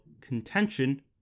contention